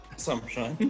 Assumption